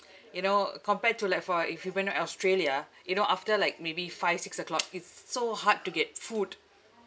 you know compared to like for if you went to australia you know after like maybe five six O'clock it's so hard to get food